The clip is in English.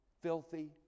filthy